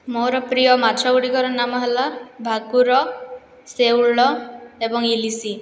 ମୋର ପ୍ରିୟ ମାଛଗୁଡ଼ିକର ନାମ ହେଲା ଭାକୁର ଶେଉଳ ଏବଂ ଇଲିଶି